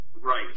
Right